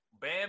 Bam